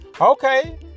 Okay